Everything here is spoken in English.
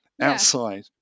outside